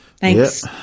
Thanks